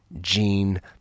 Jean